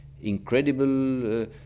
incredible